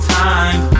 time